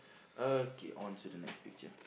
okay on to the next picture